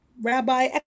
Rabbi